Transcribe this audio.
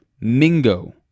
Mingo